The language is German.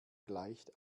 gleicht